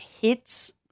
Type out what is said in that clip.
hits